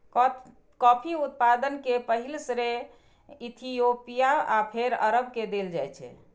coffee उत्पादन के पहिल श्रेय इथियोपिया आ फेर अरब के देल जाइ छै